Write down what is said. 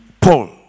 Paul